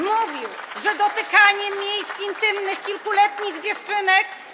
Mówił, że dotykanie miejsc intymnych kilkuletnich dziewczynek.